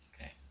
Okay